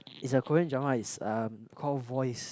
is a Korean drama is um called Voice